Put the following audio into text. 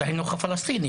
החינוך הפלסטיני.